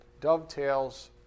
dovetails